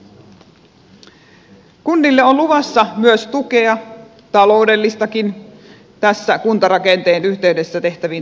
kunnille on luvassa myös tukea taloudellistakin tässä kuntarakenteen yhteydessä tehtäviin toimenpiteisiin